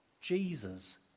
Jesus